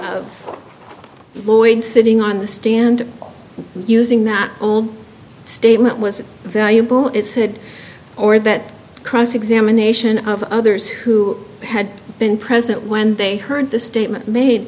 of lloyd sitting on the stand using that old statement was valuable it said or that cross examination of others who had been present when they heard the statement made